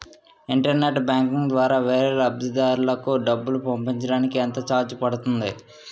Internet banking ద్వారా వేరే లబ్ధిదారులకు డబ్బులు పంపించటానికి ఎంత ఛార్జ్ పడుతుంది?